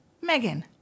Megan